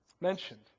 mentioned